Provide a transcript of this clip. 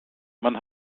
man